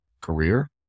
career